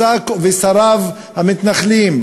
ושריו המתנחלים,